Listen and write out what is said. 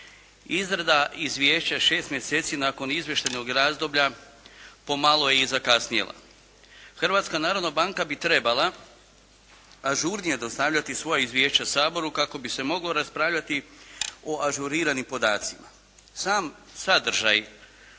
izrada izvješća 6 mjeseci nakon izvještajnog razdoblja po malo je i zakasnjela. Hrvatska narodna banka bi trebala ažurnije dostavljati svoja izvješća Saboru kako bi se moglo raspravljati o ažuriranim podacima. Sam sadržaj